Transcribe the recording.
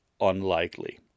unlikely